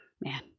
Man